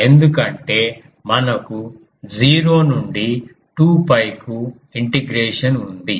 ఎందుకంటే మనకు 0 నుండి 2𝛑 కు ఇంటిగ్రేషన్ ఉంది